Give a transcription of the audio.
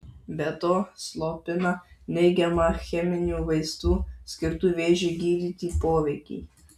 be to slopina neigiamą cheminių vaistų skirtų vėžiui gydyti poveikį